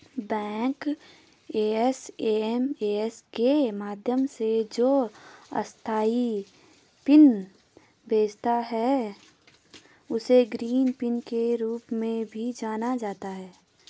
bank SMS के माध्यम से जो अस्थायी पिन भेजता है, उसे ग्रीन पिन के रूप में भी जाना जाता है